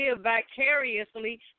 vicariously